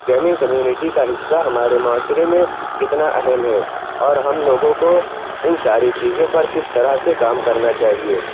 gaming community کا حصّہ ہمارے معاشرے میں کتنا اہم ہے اور ہم لوگوں کو اِن ساری چیزوں پر کس طرح سے کام کرنا چاہیے